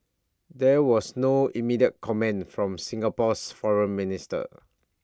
there was no immediate comment from Singapore's foreign ministry